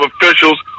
officials